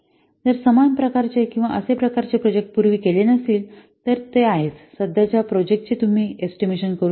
जर समान प्रकारचे किंवा असे प्रकारचे प्रोजेक्ट पूर्वी केले नसतील तर हे आहेच सध्याच्या प्रोजेक्ट चे तुम्ही एस्टिमेशन करू शकत नाही